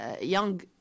young